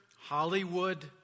Hollywood